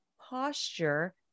posture